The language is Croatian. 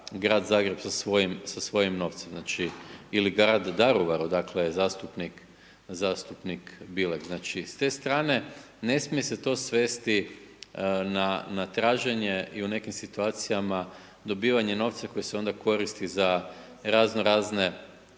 sa svojim, sa svojim novcem, znači ili Grad Daruvar odakle je zastupnik, zastupnik Bilek. Znači s te strane, ne smije se to svesti na, na traženje i u nekim situacijama dobivanje novca koji se onda koristi za razno razne,